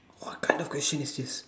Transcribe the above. what kind of question is this